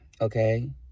okay